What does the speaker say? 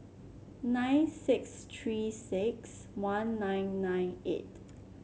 nine six Three six one nine nine eight